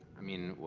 i mean,